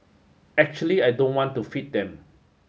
actually I don't want to feed them